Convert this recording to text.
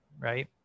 right